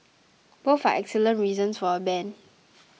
both are excellent reasons for a ban